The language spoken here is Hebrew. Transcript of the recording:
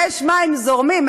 יש מים זורמים.